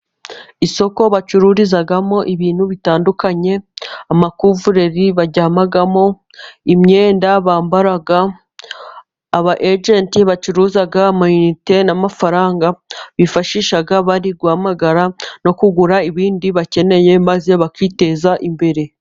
Isoko bacururizamo ibintu bitandukanye, amakuvureri baryamamo, imyenda bambara, abayejenti bacuruza amayinite n'amafaranga, bifashisha bari guhamagara no kugura ibindi bakeneye, maze bakiteza imbere.